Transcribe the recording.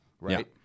right